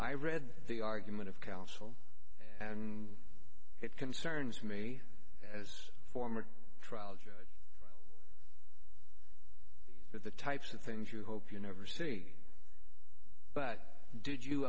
i read the argument of counsel and it concerns me as a former trial judge that the types of things you hope you never see but did you